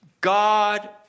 God